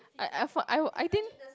I I fought I would I think